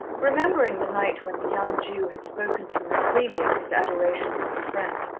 remembering the night when the young jew had spoken to her freely of his adoration for her friend,